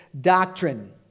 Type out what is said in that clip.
doctrine